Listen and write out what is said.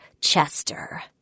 chester